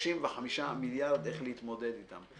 35 מיליארד איך להתמודד איתם.